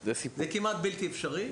זה כמעט בלתי אפשרי.